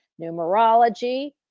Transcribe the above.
numerology